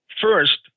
first